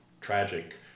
tragic